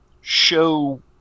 show